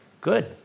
Good